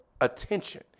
attention